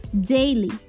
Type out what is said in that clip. daily